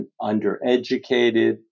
undereducated